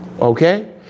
okay